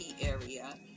area